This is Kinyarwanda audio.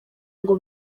ngo